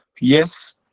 yes